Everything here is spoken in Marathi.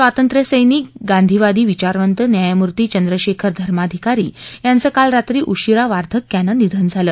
स्वातंत्र्यसैनिक गांधीवादी विचारवंत न्यायमूर्ती चंद्रशेखर धर्माधिकारी यांचं काल रात्री उशीरा वार्धक्यानं निधन झालं